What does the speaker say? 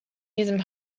diesem